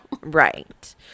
Right